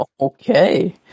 Okay